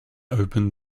opened